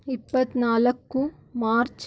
ಇಪ್ಪತ್ನಾಲ್ಕು ಮಾರ್ಚ್